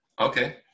okay